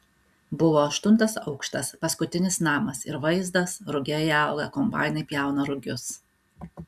buvo aštuntas aukštas paskutinis namas ir vaizdas rugiai auga kombainai pjauna rugius